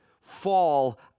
fall